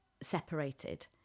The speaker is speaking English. separated